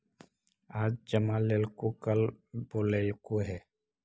आज जमा लेलको कल बोलैलको हे?